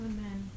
Amen